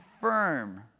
firm